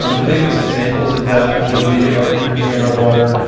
um the biggest examples of that would be our energy and our water,